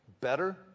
better